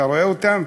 אתה רואה אותם?